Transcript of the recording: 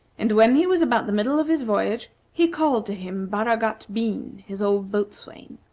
and when he was about the middle of his voyage, he called to him baragat bean, his old boatswain.